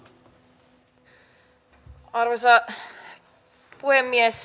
arvoisa puhemies